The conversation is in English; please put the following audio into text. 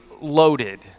loaded